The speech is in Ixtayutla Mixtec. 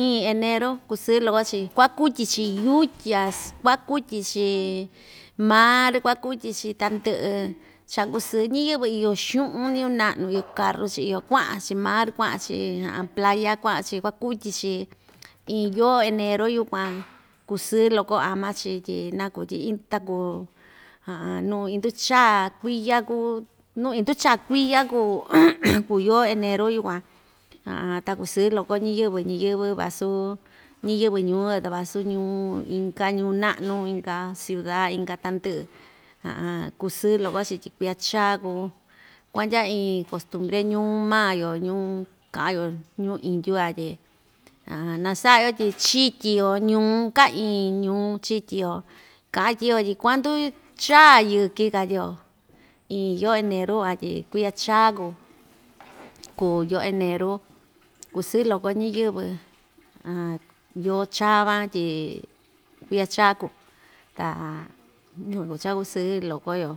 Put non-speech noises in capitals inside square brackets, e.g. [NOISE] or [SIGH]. iin enero kusɨɨ loko‑chi kuakutyi‑chi yutya kuakutyi‑chi mar kuakutyichi tandɨ'ɨ cha kusɨɨ ñiyɨvɨ iyo xu'un ñɨvɨ na'nu iyo karu‑chi iyo kua'an‑chi mar kua'an‑chi playa kua'an‑chi kuakutyi‑chi iin yoo enero yukuan [NOISE] kusɨɨ loko ama‑chi tyi naku tyi ind takuu [HESITATION] nu inducha kuiya kuu nu induu chaa kuiya kuu [NOISE] kuu kuu yoo eneru yukuan [HESITATION] ta kusɨɨ loko ñiyɨvɨ ñiyɨ́vɨ vasu ñiyɨvɨ ñuu‑yo ta vasu ñuu inka ñuu na'nu inka ciuda inka tandɨ'ɨ [HESITATION] kusɨɨ loko‑chi tyi kuiya chaa kuu kuandya iin kostumbre ñuu maa‑yo ñuu ka'an‑yo ñuu indyu ya tyi [HESITATION] nasa'a‑yo tyi chityi‑yo ñuun ka iin ñuun chityi‑yo katyi‑yo tyi kuandu chaa yɨki katyi‑yo iin yoo eneru van tyi kuiya chaa kuu kuu yoo eneru kusɨɨ loko ñiyɨvɨ [HESITATION] yoo chaa van tyi kuiya chaa kuu ta yukuan kuu cha‑kusɨɨ loko‑yo.